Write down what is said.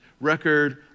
record